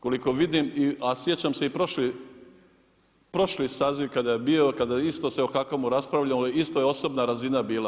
Koliko vidim, a sjećam se i prošli saziv kada je bio, kada je isto se o HAKOM-u raspravljalo, isto je osobna razina bila.